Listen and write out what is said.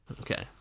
Okay